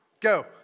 Go